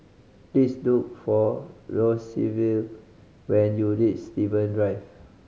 please look for Roosevelt when you reach Steven Drive